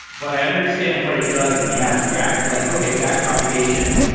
but i understand what it does in the abstract. like, okay, back propagation,